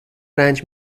رنج